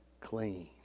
clean